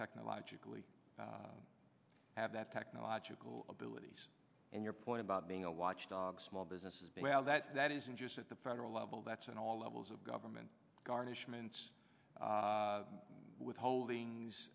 technologically have that technological abilities and your point about being a watchdog small business is beyond that that isn't just at the federal level that's an all levels of government garnishments withholdings